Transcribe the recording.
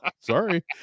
sorry